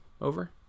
over